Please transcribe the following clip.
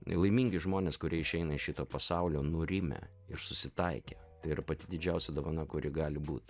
laimingi žmonės kurie išeina iš šito pasaulio nurimę ir susitaikę tai yra pati didžiausia dovana kuri gali būt